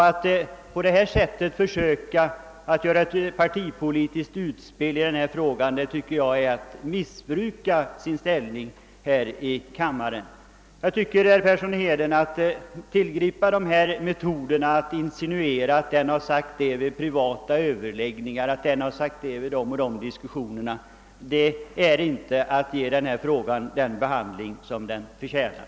Att på detta sätt försöka göra det hela till ett partipolitiskt utspel tycker jag är att missbruka ställningen som riksdagsman här i kammaren. Jag tycker, herr Persson i Heden, att man, om man tillgriper metoden att insinuera att den och den har sagt det och det vid privata överläggningar och att den och den har sagt det och det vid de och de diskussionerna, inte ger denna fråga den behandling som den förtjänar.